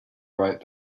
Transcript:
right